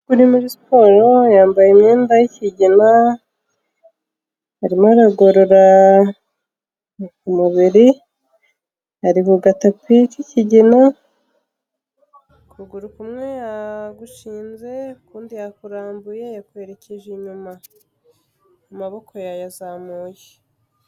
Uri muri siporo yambaye imyenda y'ikigina arimo aragorora umubiri, ari mu gatapi k'ikigina ukuguru kumwe yagushinze, ukundi yakurambuye, yakwerekeje inyuma, amaboko yayazamuye.